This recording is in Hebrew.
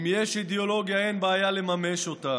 אם יש אידיאולוגיה, אין בעיה לממש אותה.